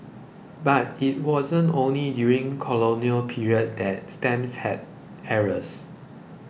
but it wasn't only during the colonial period that stamps had errors